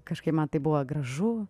kažkaip man tai buvo gražu